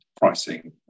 pricing